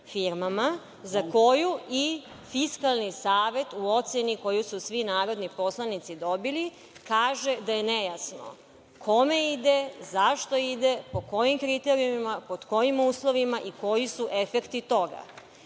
za koju i Fiskalni savet u oceni koju su svi narodni poslanici dobili kaže da je nejasno? Kome ide? Zašto ide? Po kojim kriterijumima? Pod kojim uslovima i koji su efekti